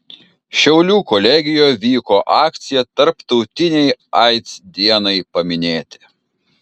šiaulių kolegijoje vyko akcija tarptautinei aids dienai paminėti